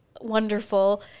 wonderful